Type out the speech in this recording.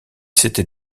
s’était